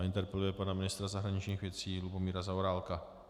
Interpeluje pana ministra zahraničních věcí Lubomíra Zaorálka.